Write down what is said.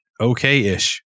okay-ish